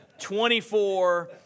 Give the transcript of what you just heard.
24